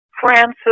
Francis